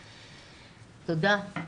תודה.